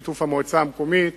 בשיתוף המועצה המקומית,